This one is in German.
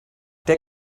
der